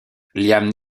liam